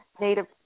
Native